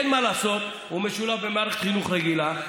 אין מה לעשות, הוא משולב במערכת חינוך רגילה.